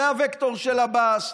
זה הווקטור של עבאס,